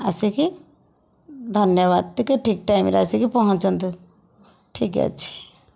ଆସିକି ଧନ୍ୟବାଦ ଟିକେ ଠିକ ଟାଇମରେ ଆସିକି ପହଞ୍ଚନ୍ତୁ ଠିକ ଅଛି